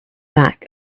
lack